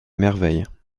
merveilles